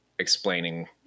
Explaining